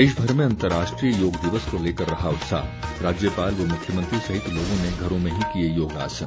प्रदेशभर में अंतर्राष्ट्रीय योग दिवस को लेकर रहा उत्साह राज्यपाल व मुख्यमंत्री सहित लोगों ने घरों में ही किए योगासन